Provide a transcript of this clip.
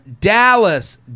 Dallas